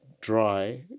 dry